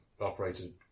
operated